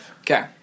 Okay